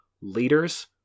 leaders